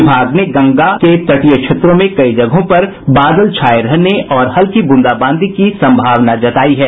विभाग ने गंगा के तटीय क्षेत्रों में कई जगहों पर बादल छाये रहने और हल्की बूंदा बांदी की संभावना जतायी है